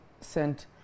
sent